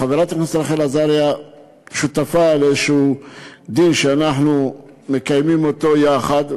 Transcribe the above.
חברת הכנסת רחל עזריה שותפה לאיזה דיון שאנחנו מקיימים יחד.